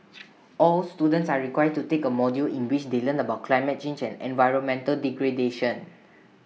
all students are required to take A module in which they learn about climate change and environmental degradation